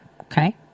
okay